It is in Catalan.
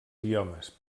idiomes